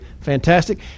Fantastic